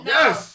Yes